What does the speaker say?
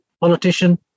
politician